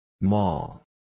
Mall